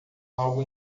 algo